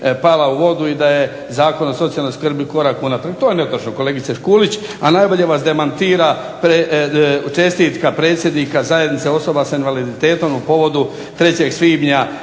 pala u vodu i da je Zakon o socijalnoj skrbi korak unatrag. To je netočno kolegice Škulić, a najbolje vas demantira čestitka predsjednika Zajednice osoba s invaliditetom u povodu 3. svibnja,